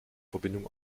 verbindung